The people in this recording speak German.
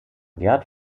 gert